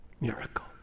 Miracle